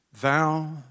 thou